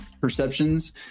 perceptions